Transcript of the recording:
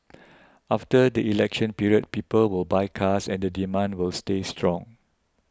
after the election period people will buy cars and the demand will stay strong